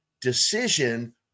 decision